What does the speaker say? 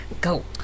Go